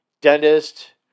dentist